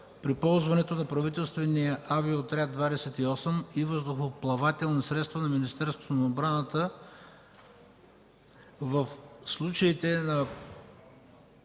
при ползването на правителствения Авиоотряд 28 и въздухоплавателни средства на Министерството на отбраната в случаите на